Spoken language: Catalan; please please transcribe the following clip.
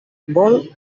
vol